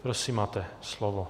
Prosím, máte slovo.